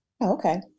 Okay